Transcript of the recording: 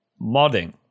modding